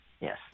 Yes